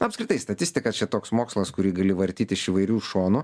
apskritai statistika čia toks mokslas kurį gali vartyti iš įvairių šonų